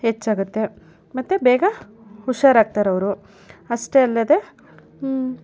ಹೆಚ್ಚಾಗುತ್ತೆ ಮತ್ತು ಬೇಗ ಹುಷಾರಾಗ್ತಾರವರು ಅಷ್ಟೇ ಅಲ್ಲದೆ